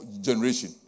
generation